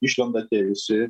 išlenda tie visi